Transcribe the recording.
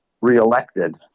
reelected